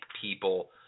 people